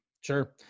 Sure